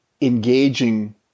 engaging